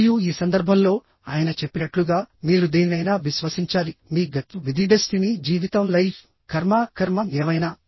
మరియు ఈ సందర్భంలో ఆయన చెప్పినట్లుగా మీరు దేనినైనా విశ్వసించాలి మీ గట్ విధి జీవితం కర్మ ఏమైనా